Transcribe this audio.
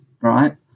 right